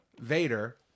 Vader